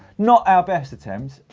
not our best attempt.